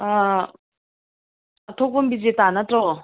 ꯑꯥ ꯑꯊꯣꯛꯄꯝ ꯕꯤꯖꯦꯇꯥ ꯅꯠꯇ꯭ꯔꯣ